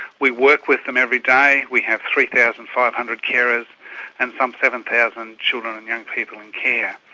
we work with them every day, we have three thousand five hundred carers and some seven thousand children and young people in care.